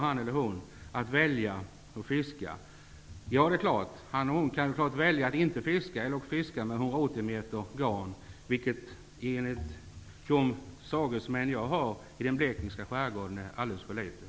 Han eller hon kan välja att inte fiska eller att fiska med 180 meter garn, vilket enligt de sagesmän jag har i den blekingska skärgården är alldeles för litet.